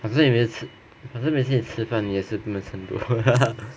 反正你每次吃反正你每次吃饭你也是没有吃很多